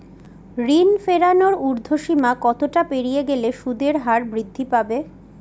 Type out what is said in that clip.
ঋণ ফেরানোর উর্ধ্বসীমা কতটা পেরিয়ে গেলে সুদের হার বৃদ্ধি পাবে?